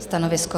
Stanovisko?